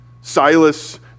Silas